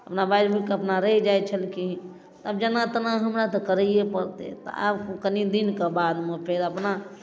अपना बाजि भुकि कऽ अपना रहि जाइ छलखिन आब जेना तेना हमरा तऽ करैए पड़तै तऽ आब कनि दिनके बादमे फेर अपना